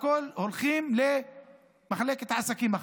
כולם הולכים למחלקת עסקים אחת.